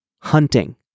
hunting